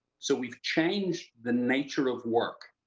so. we changed the nature of work,